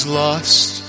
lost